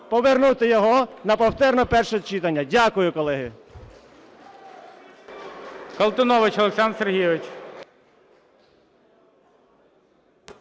повернути його на повторне перше читання. Дякую, колеги.